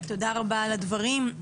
תודה רבה על הדברים.